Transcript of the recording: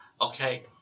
okay